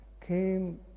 came